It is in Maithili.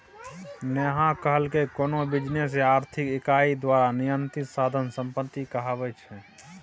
नेहा कहलकै कोनो बिजनेस या आर्थिक इकाई द्वारा नियंत्रित साधन संपत्ति कहाबै छै